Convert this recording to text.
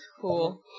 Cool